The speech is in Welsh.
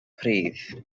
pridd